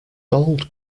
gold